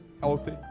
healthy